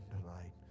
tonight